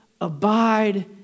Abide